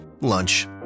lunch